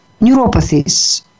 neuropathies